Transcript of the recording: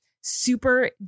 super